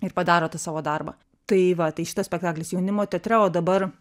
ir padaro tą savo darbą tai va tai šitas spektaklis jaunimo teatre o dabar